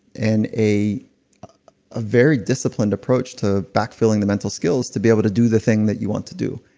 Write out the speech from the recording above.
and a ah very disciplined approach to backfilling the mental skills to be able to do the thing that you want to do.